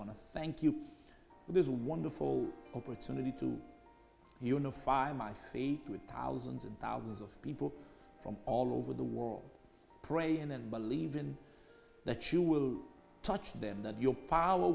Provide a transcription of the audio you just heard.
wanna thank you for this wonderful opportunity to unify my faith with thousands and thousands of people from all over the world praying and believing that you will touch them that your power